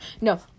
No